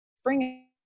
spring